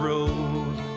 Road